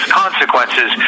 consequences